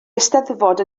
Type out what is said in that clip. eisteddfod